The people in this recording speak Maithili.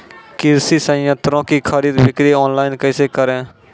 कृषि संयंत्रों की खरीद बिक्री ऑनलाइन कैसे करे?